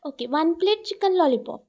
okay one plate chicken lollipop